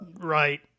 Right